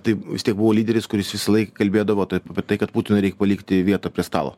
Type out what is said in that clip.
tai vis tiek buvo lyderis kuris visąlaik kalbėdavo taip apie tai kad putinui reik palikti vietą prie stalo